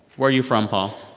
where are you from, paul?